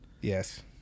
Yes